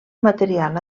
material